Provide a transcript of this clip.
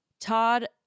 Todd